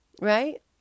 right